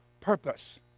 purpose